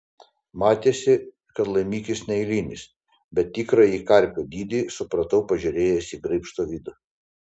matėsi kad laimikis neeilinis bet tikrąjį karpio dydį supratau pažiūrėjęs į graibšto vidų